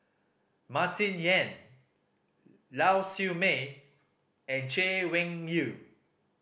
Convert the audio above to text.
Martin Yan Lau Siew Mei and Chay Weng Yew